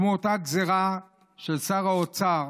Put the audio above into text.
כמו אותה גזרה של שר האוצר